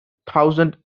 thousand